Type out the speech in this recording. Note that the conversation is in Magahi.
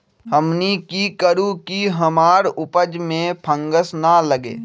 हमनी की करू की हमार उपज में फंगस ना लगे?